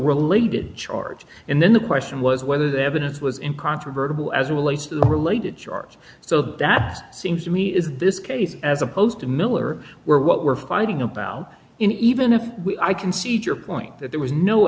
related charge and then the question was whether the evidence was incontrovertibly as relates to the related charge so that seems to me is this case as opposed to miller where what we're fighting about in even if i can seat your point that there was no